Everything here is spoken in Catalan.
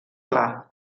clar